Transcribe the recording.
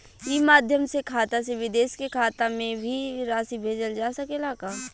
ई माध्यम से खाता से विदेश के खाता में भी राशि भेजल जा सकेला का?